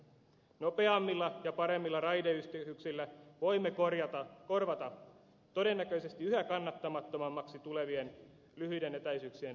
nopeammilla ja paremmilla raideyhteyksillä voimme korvata todennäköisesti yhä kannattamattomammaksi tulevan lyhyiden etäisyyksien lentoliikenteen